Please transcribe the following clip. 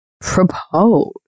propose